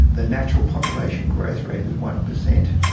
the natural population growth rate is one percent,